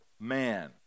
man